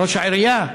ראש העירייה?